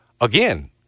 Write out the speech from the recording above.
Again